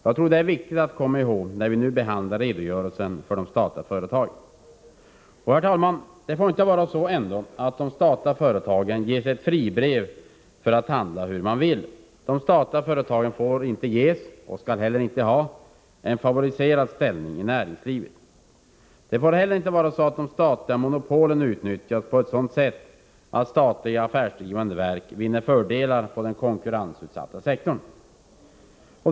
Jag tror att det är viktigt att komma ihåg detta när vi nu behandlar redogörelsen för de statliga företagen. Herr talman! Det får inte vara så att de statliga företagen ges något fribrev att handla hur de vill. De statliga företagen får inte ges — och skall inte ha — en favoriserad ställning i näringslivet. Ej heller får statliga monopol utnyttjas på ett sådant sätt att statliga affärsdrivande verk vinner fördelar på den konkurrensutsatta sektorn.